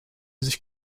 sich